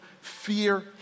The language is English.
fear